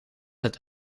dat